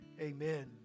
amen